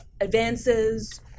advances